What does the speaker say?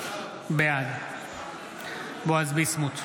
בעד בועז ביסמוט,